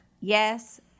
yes